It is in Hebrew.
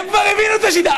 הם כבר הבינו את השיטה.